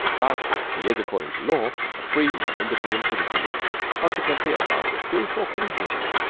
but he is according to law a free and independent citizen consequently above reproof or criticism.